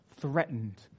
threatened